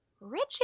Richie